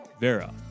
vera